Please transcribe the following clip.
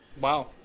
Wow